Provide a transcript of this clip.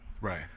Right